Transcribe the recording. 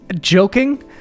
joking